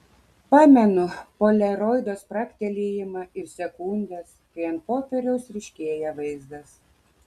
pamenu poliaroido spragtelėjimą ir sekundes kai ant popieriaus ryškėja vaizdas